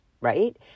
right